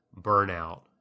burnout